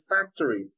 factory